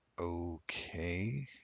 okay